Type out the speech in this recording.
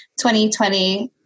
2020